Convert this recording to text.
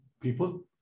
people